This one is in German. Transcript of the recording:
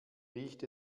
riecht